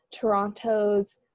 Toronto's